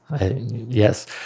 Yes